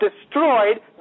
destroyed